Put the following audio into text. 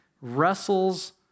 wrestles